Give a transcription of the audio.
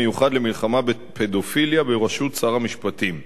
מיוחד למלחמה בפדופיליה בראשות שר המשפטים.